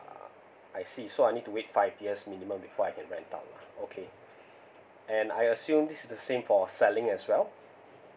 uh I see so I need to wait five years minimum before I can rent out lah okay and I assume this is the same for selling as well